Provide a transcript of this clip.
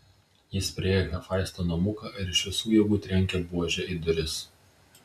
jis priėjo hefaisto namuką ir iš visų jėgų trenkė buože į duris